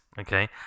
okay